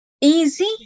easy